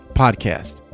podcast